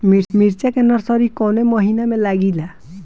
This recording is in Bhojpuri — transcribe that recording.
मिरचा का नर्सरी कौने महीना में लागिला?